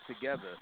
together